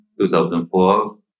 2004